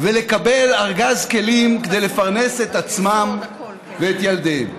ולקבל ארגז כלים כדי לפרנס את עצמם ואת ילדיהם,